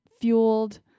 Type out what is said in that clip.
fueled